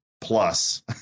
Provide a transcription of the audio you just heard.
plus